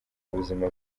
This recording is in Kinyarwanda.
ubuzima